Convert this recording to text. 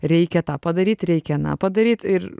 reikia tą padaryt reikia padaryt ir